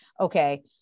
okay